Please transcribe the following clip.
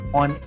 on